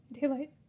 Daylight